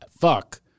fuck